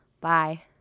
Bye